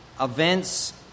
events